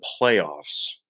playoffs